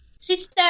Sister